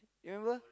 remember